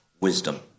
wisdom